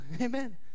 Amen